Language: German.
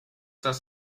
das